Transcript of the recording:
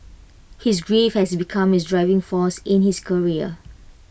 his grief has become his driving force in his career